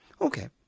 okay